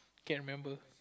can remember